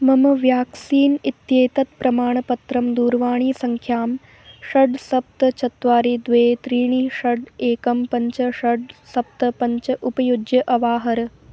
मम व्याक्सीन् इत्येतत् प्रमाणपत्रं दूरवाणीसङ्ख्यां षड् सप्त चत्वारि द्वे त्रीणि षड् एकं पञ्च षड् सप्त पञ्च उपयुज्य अवाहर